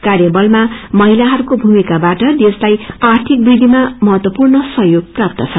कार्यबलमा महिलाहरूको पूमिकाबाट देशलाई आध्रिक वृद्धिमा महत्वपूर्ण सहयोग प्राप्त छ